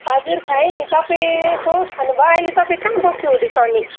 हजुर खाएँ नि तपाईँको खानुभयो तपाईँ अहिले कहाँ बस्नुहुँदैछ अनि